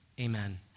Amen